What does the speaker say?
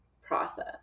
process